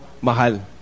mahal